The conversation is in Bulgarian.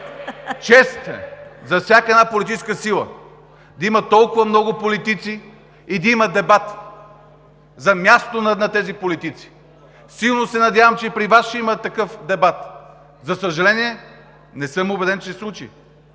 чест е за всяка политическа сила да има толкова много политици и да има дебат за мястото на тези политици. Силно се надявам, че и при Вас ще има такъв дебат. За съжаление, не съм убеден, че ще се случи.